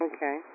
Okay